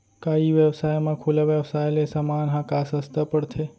का ई व्यवसाय म खुला व्यवसाय ले समान ह का सस्ता पढ़थे?